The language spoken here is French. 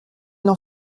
n’en